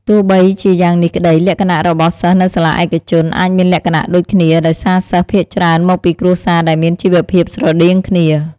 ទោះបីជាយ៉ាងនេះក្តី លក្ខណៈរបស់សិស្សនៅសាលាឯកជនអាចមានលក្ខណៈដូចគ្នា ដោយសារសិស្សភាគច្រើនមកពីគ្រួសារដែលមានជីវភាពស្រដៀងគ្នា។